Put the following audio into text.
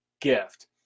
gift